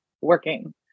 working